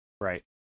Right